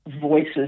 voices